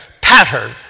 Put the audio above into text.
pattern